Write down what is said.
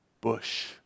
Bush